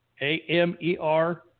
a-m-e-r